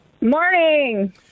Morning